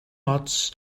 ots